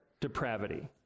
depravity